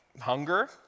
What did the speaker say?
hunger